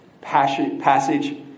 passage